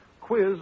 Quiz